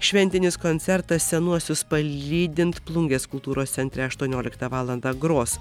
šventinis koncertas senuosius palydint plungės kultūros centre aštuonioliktą valandą gros